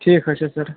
ٹھیٖک حظ چھُ سَر